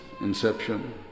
inception